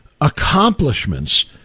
accomplishments